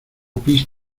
pis